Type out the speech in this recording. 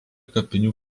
kapinių